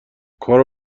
کارو